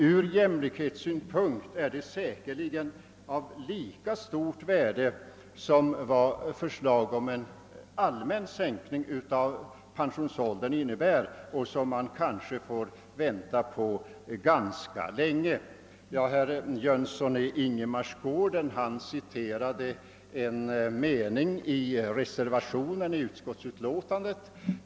Ur jämlikhetssynpunkt är detta säkerligen av lika stort värde som en allmän sänkning av pensionsåldern, vars genomförande kanske dröjer rätt länge. Herr Jönsson i Ingemarsgården citerade en mening ur en av reservationerna till utskottsutlåtandet.